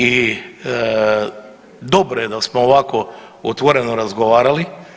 I dobro je da smo ovako otvoreno razgovarali.